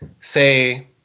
Say